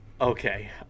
Okay